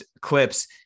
clips